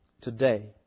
today